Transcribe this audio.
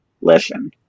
listen